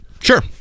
Sure